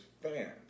fans